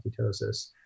ketosis